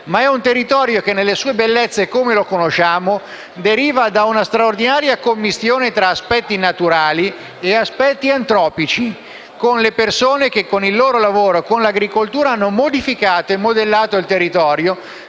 ma è un territorio che nelle sue bellezze, come lo conosciamo, deriva da una straordinaria commistione tra aspetti naturali e aspetti antropici, con le persone che, con il loro lavoro e con l'agricoltura, hanno modificato e modellato il territorio,